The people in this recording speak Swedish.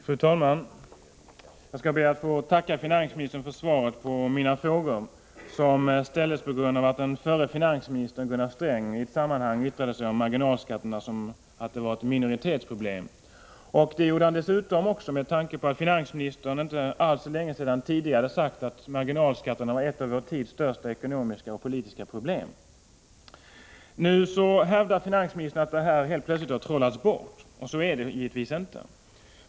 Fru talman! Jag skall be att få tacka finansministern för svaren på mina frågor, som ställdes på grund av att den förre finansministern Gunnar Sträng yttrade sig om marginalskatterna som om de vore ett minoritetsproblem. Detta skedde dessutom mot bakgrund av att finansministern för inte alls länge sedan sagt att marginalskatterna var ett av vår tids största ekonomiska och politiska problem. Nu hävdar finansministern att problemet helt plötsligt har trollats bort. Så är det givetvis inte.